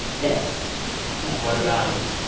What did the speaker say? this like what about it?